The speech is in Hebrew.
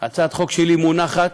מונחת